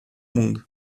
mundo